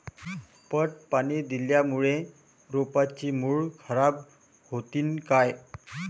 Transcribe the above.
पट पाणी दिल्यामूळे रोपाची मुळ खराब होतीन काय?